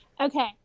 Okay